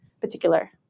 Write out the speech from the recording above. particular